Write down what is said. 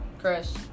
Chris